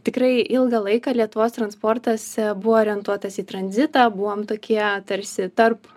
tikrai ilgą laiką lietuvos transportas buvo orientuotas į tranzitą buvom tokie tarsi tarp